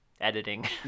editing